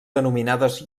denominades